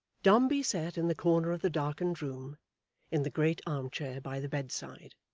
dombey sat in the corner of the darkened room in the great arm-chair by the bedside,